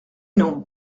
non